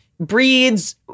Breeds